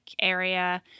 area